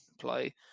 play